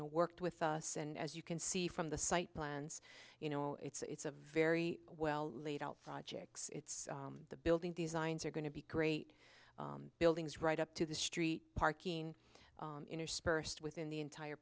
know worked with us and as you can see from the site plans you know it's a very well laid out projects it's the building designs are going to be great buildings right up to the street parking interspersed within the entire